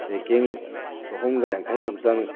packing ꯆꯍꯨꯝꯒ ꯌꯥꯡꯈꯩꯃꯨꯛꯇꯪ